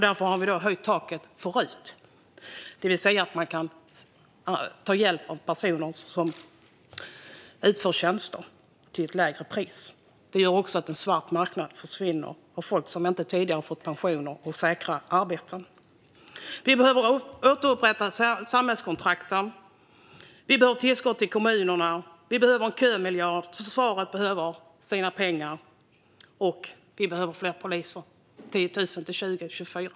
Därför har vi höjt taket för RUT, det vill säga att man till ett lägre pris kan ta hjälp av personer som utför tjänster. Det gör också att en svart marknad försvinner och att folk som inte tidigare har fått pensioner får säkra arbeten. Vi behöver återupprätta samhällskontrakten, vi behöver tillskott till kommunerna, vi behöver en kömiljard, försvaret behöver sina pengar och vi behöver fler poliser - 10 000 till 2024.